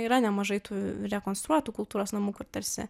yra nemažai tų rekonstruotų kultūros namų kur tarsi